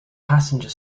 passenger